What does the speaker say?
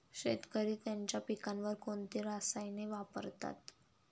शेतकरी त्यांच्या पिकांवर कोणती रसायने वापरतात?